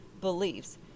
beliefs